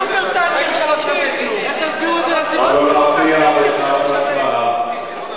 41, 11 מתנגדים,